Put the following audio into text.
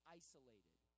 isolated